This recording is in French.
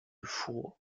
fourreau